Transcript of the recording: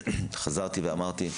חזרתי ואמרתי: